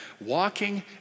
walking